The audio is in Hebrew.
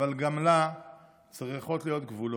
אבל גם לה צריכים להיות גבולות.